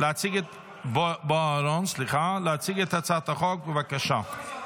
להציג הצעת החוק, בבקשה.